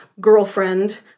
girlfriend